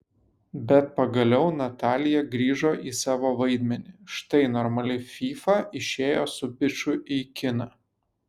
bet pagaliau natalija grįžo į savo vaidmenį štai normali fyfa išėjo su biču į kiną